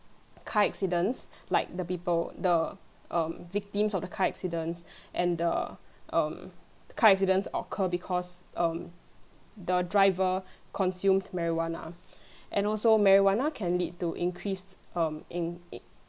car accidents like the people the um victims of the car accidents and the um car accidents occur because um the driver consume marijuana and also marijuana can lead to increased um in i~